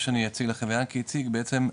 מה שאני אציג לכם ויענקי הציג בעצם,